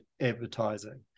advertising